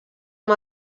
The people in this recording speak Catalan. amb